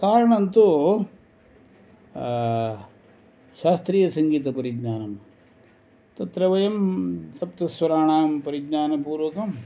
कारणं तु शास्त्रीयसङ्गीतोपरिज्ञानं तत्र वयं सप्तस्वराणां परिज्ञानपूर्वकं